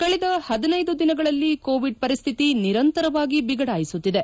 ಕಳೆದ ಪದಿನೈದು ದಿನಗಳಲ್ಲಿ ಕೋವಿಡ್ ಪರಿಸ್ವಿತಿ ನಿರಂತರವಾಗಿ ಬಿಗಡಾಯಿಸುತ್ತಿದೆ